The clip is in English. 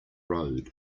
road